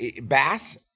Bass